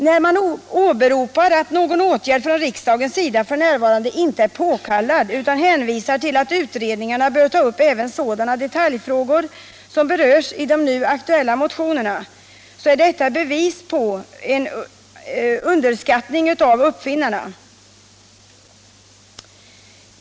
När utskottet åberopar att någon åtgärd från riksdagens sida f. n. inte är påkallad utan hänvisar till att utredningarna även bör ta upp sådana detaljfrågor som berörs i de nu aktuella motionerna, är detta bevis på - underskattning av uppfinnarna.